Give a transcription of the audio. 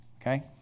okay